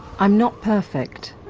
i'm not perfect.